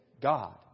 God